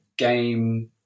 game